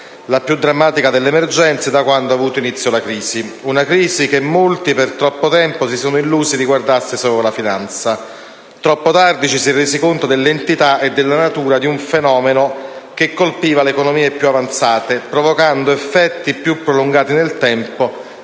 la più drammatica delle emergenze da quando ha avuto inizio la crisi. Una crisi che molti, per troppo tempo, si sono illusi riguardasse solo la finanza. Troppo tardi ci si è resi conto dell'entità e della natura di un fenomeno che colpiva le economie più avanzate, provocando effetti più prolungati nel tempo